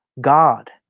God